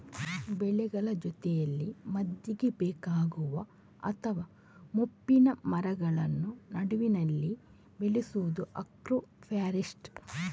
ಬೆಳೆಗಳ ಜೊತೆಯಲ್ಲಿ ಮದ್ದಿಗೆ ಬೇಕಾಗುವ ಅಥವಾ ಮೋಪಿನ ಮರಗಳನ್ನ ನಡುವಿನಲ್ಲಿ ಬೆಳೆಸುದು ಆಗ್ರೋ ಫಾರೆಸ್ಟ್ರಿ